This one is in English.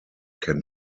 can